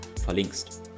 verlinkst